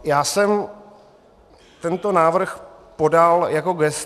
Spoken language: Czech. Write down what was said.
Já jsem tento návrh podal jako gesto.